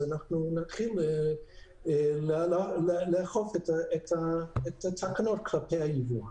אז אנחנו נתחיל לאכוף את התקנות כלפי הייבוא.